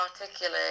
articulate